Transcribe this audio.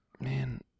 Man